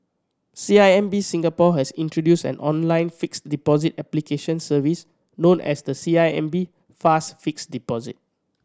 C I M B Singapore has introduced an online fixed deposit application service known as the C I M B Fast Fixed Deposit